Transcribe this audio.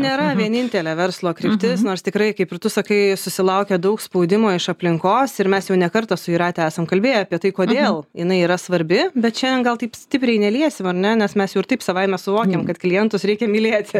nėra vienintelė verslo kryptis nors tikrai kaip ir tu sakai susilaukia daug spaudimo iš aplinkos ir mes jau ne kartą su jūrate esam kalbėję apie tai kodėl jinai yra svarbi bet šiandien gal taip stipriai neliesim ar ne nes mes jau ir taip savaime suvokiam kad klientus reikia mylėti